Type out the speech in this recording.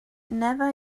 never